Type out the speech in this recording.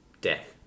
death